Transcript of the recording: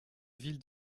ville